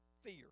fear